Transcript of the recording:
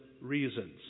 reasons